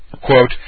Quote